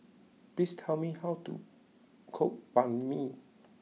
please tell me how to cook Banh Mi